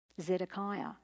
Zedekiah